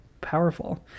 powerful